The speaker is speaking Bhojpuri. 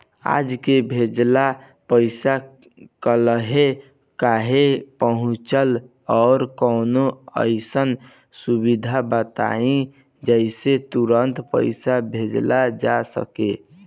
आज के भेजल पैसा कालहे काहे पहुचेला और कौनों अइसन सुविधा बताई जेसे तुरंते पैसा भेजल जा सके?